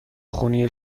خونی